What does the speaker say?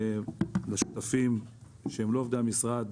ולשותפים שהם לא עובדי המשרד,